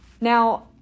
Now